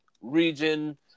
region